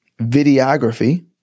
videography